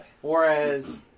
Whereas